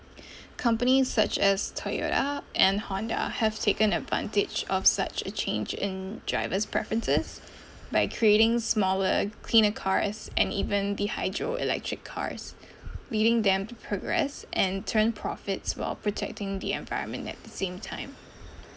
companies such as Toyota and Honda have taken advantage of such a change in drivers' preferences by creating smaller cleaner cars and even the hydroelectric cars leading them to progress and turn profits while protecting the environment at the same time